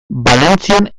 valentzian